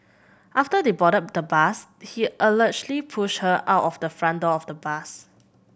after they boarded the bus he allegedly pushed her out of the front door of the bus